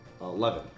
eleven